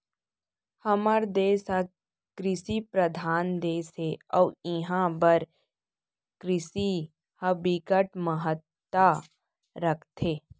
हमर देस ह कृषि परधान देस हे अउ इहां बर कृषि ह बिकट महत्ता राखथे